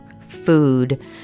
food